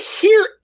hear